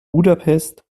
budapest